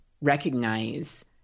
recognize